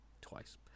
twice